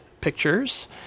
pictures